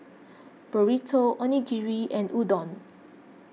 Burrito Onigiri and Udon